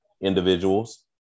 individuals